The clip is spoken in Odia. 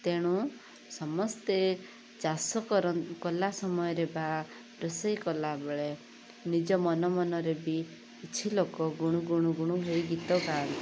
ତେଣୁ ସମସ୍ତେ ଚାଷ କଲା ସମୟରେ ବା ରୋଷେଇ କଲାବେଳେ ନିଜ ମନ ମନରେ ବି କିଛି ଲୋକ ଗୁଣୁ ଗୁଣୁ ଗୁଣୁ ହେଇ ଗୀତ ଗାଆନ୍ତି